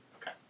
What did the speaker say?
Okay